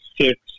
six